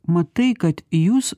matai kad jūs